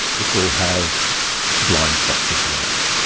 it will have blind spots, if you like.